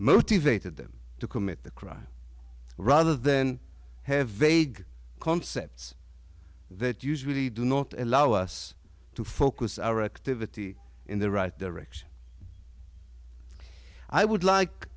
motivated them to commit the crime rather than have vague concepts that usually do not allow us to focus our a divinity in the right direction i would like